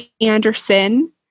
Anderson